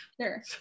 Sure